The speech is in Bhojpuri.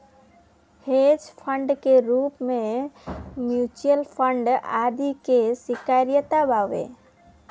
हेज फंड के रूप में म्यूच्यूअल फंड आदि के स्वीकार्यता बावे